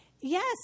yes